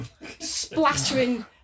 splattering